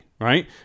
right